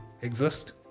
exist